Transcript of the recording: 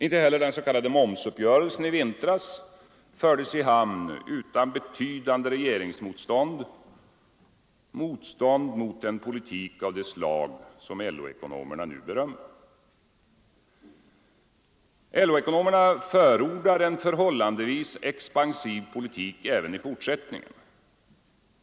Inte heller den s.k. momsuppgörelsen i vintras fördes i hamn utan betydande regeringsmotstånd mot en politik av det slag som LO-ekonomerna nu berömmer. LO-ekonomerna förordar en förhållandevis expansiv politik även i fortsättningen.